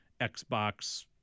Xbox